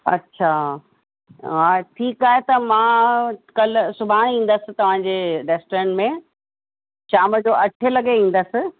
अच्छा हा ठीकु आहे त मां कल्ह सुबाणे ईंदसि तव्हांजे रेस्टोरेंट में शाम जो अठे लॻे ईंदसि